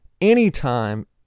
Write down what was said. anytime